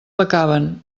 becaven